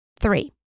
Three